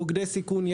מוקדי סיכון,